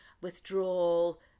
withdrawal